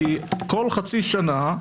כי כל חצי שנה,